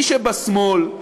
מי שבשמאל,